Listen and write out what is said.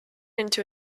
into